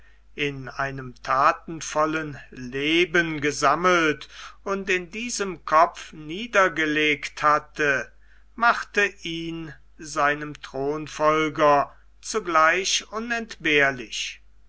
in einem thatenvollen leben gesammelt und in diesem kopf niedergelegt hatte machte ihn seinem thronfolger zugleich unentbehrlich